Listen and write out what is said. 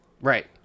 right